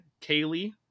Kaylee